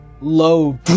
low